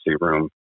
room